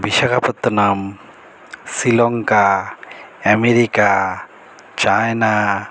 Visakhapatnam Sri Lanka America China